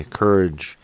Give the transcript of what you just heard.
courage